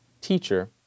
teacher